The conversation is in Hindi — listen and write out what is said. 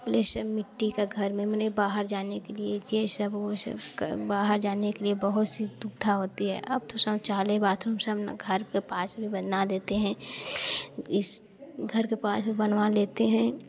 पहले यह सब मिट्टी का घर मनीय बाहर जाने के लिए यह सब वह सब बाहर जाने के लिए बहुत सी दुविधा होती है अब तो शौचालय बाथरूम सब घर के पास में बना देते हैं इस घर के पास बनवा लेते हैं